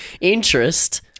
interest